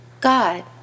God